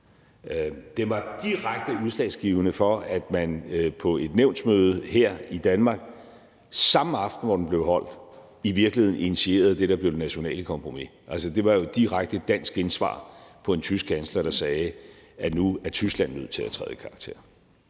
Den var direkte udslagsgivende for, at man på et nævnsmøde her i Danmark, samme aften, hvor den blev holdt, i virkeligheden initierede det, der blev det nationale kompromis. Altså, det var jo direkte et dansk gensvar på, at en tysk kansler sagde, at nu er Tyskland nødt til at træde i karakter.